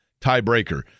tiebreaker